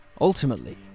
Ultimately